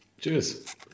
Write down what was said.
Cheers